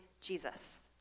Jesus